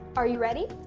are you ready?